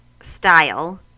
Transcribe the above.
style